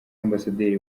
ambasaderi